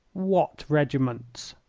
what regiments?